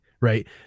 right